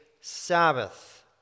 Sabbath